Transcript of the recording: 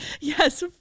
yes